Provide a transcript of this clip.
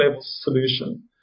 solution